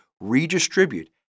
redistribute